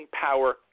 power